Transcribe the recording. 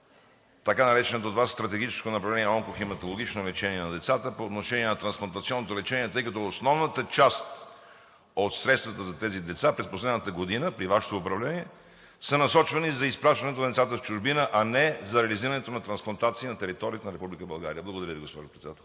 така нареченото от Вас стратегическо направление за онкохематологично лечение на деца по отношение на трансплантационното лечение, тъй като основната част от средствата за тези деца през последната година от Вашето управление се насочват за изпращането на децата в чужбина, а не за реализирането на трансплантация на територията на Република България?! Благодаря Ви, госпожо Председател.